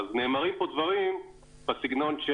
אז נאמרים פה דברים בסגנון של: